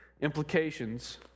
implications